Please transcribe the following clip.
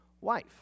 wife